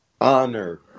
honor